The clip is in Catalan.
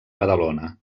badalona